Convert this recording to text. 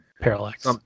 Parallax